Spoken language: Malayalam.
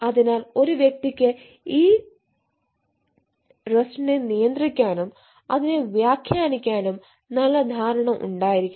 അതിനാൽ ഒരു വ്യക്തിക്ക് ഈ റെസ്റ്റിനെ നിയന്ത്രിക്കാനും അതിനെ വ്യാഖ്യാനിക്കാനും നല്ല ധാരണ ഉണ്ടായിരിക്കണം